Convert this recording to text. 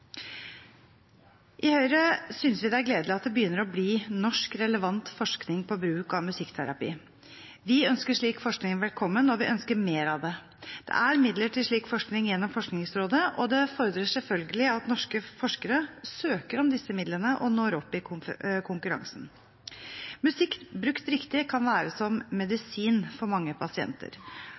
I Høyre synes vi det er gledelig at det begynner å bli norsk, relevant forskning på bruk av musikkterapi. Vi ønsker slik forskning velkommen, og vi ønsker mer av det. Det er midler til slik forskning gjennom Forskningsrådet, og det fordrer selvfølgelig at norske forskere søker om disse midlene og når opp i konkurransen. Musikk brukt riktig kan være som medisin for mange pasienter.